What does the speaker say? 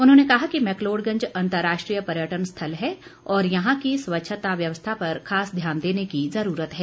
उन्होंने कहा कि मैकलोडगंज अंतर्राष्ट्रीय पर्यटन स्थल है और यहां की स्वच्छता व्यवस्था पर खास ध्यान देने की जरूरत है